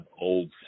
old